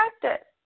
practice